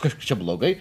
kažkas čia blogai